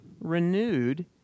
renewed